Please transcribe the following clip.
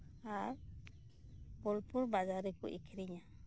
ᱟᱨ ᱵᱳᱞᱯᱩᱨ ᱵᱟᱡᱟᱨ ᱨᱮᱠᱚ ᱟᱹᱠᱷᱨᱤᱧᱟ